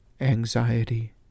Anxiety